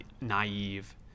naive